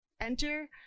enter